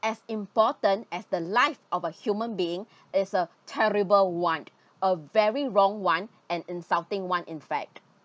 as important as the life of a human being is a terrible want a very wrong [one] and insulting [one] in fact